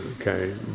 Okay